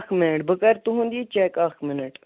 اَکھ مِنٹ بہٕ کَر تُہُنٛد یہِ چیٚک اَکھ مِنَٹ